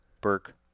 Burke